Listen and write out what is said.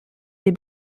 des